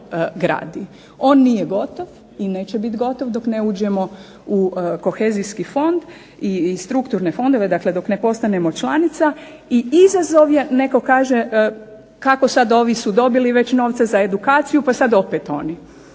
On nije gotov i neće biti gotov dok ne uđemo u kohezijski fond i strukturne fondove. Dakle, dok ne postanemo članica i izazov je netko kaže kako sad ovi su dobili već novce za edukaciju, pa sad opet oni.